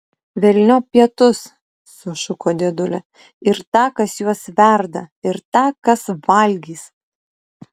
velniop pietus sušuko dėdulė ir tą kas juos verda ir tą kas valgys